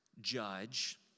judge